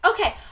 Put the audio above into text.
Okay